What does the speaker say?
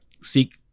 Seek